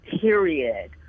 period